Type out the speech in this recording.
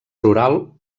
rural